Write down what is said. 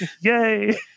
Yay